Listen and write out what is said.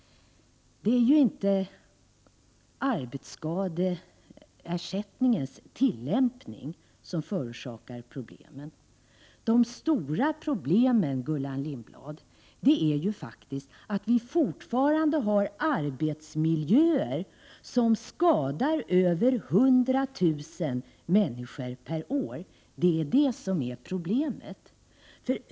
Det är ju inte arbetsskadeersättningens tillämpning som förorsakar problemen. Det stora problemet, Gullan Lindblad, är faktiskt att vi fortfarande har arbetsmiljöer som skadar över 100 000 människor per år.